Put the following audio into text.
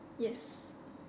yes